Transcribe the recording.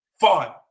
fun